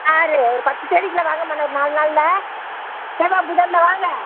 ஆறு ஒரு பத்து தேதிக்குள்ளே வாங்கம்மா இன்னும் ஒரு நாலு நாளில் செவ்வாய் புதனில் வாங்க